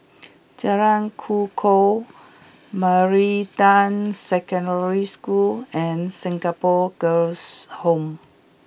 Jalan Kukoh Meridian Secondary School and Singapore Girls' Home